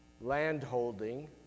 landholding